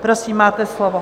Prosím, máte slovo.